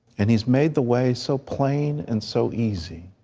and he has made the way so plain and so easy.